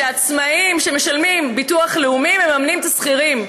שבה העצמאים שמשלמים ביטוח לאומי מממנים את השכירים.